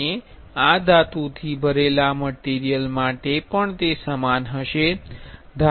અને આ ધાતુથી ભરેલા મટીરિયલ માટે પણ સમાન હશે